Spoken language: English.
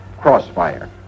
Crossfire